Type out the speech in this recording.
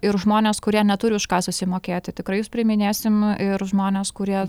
ir žmonės kurie neturi už ką susimokėti tikrai jus priiminėsim ir žmonės kurie